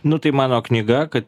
nu tai mano knyga kad